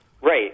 Right